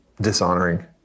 dishonoring